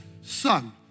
son